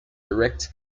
direct